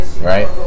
right